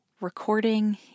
recording